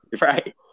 right